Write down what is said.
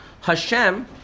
Hashem